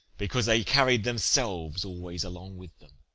because they carried themselves always along with them.